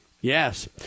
yes